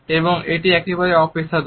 এবং এটি একেবারেই অপেশাদার